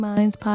Minds